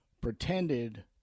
pretended